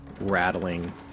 rattling